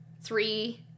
three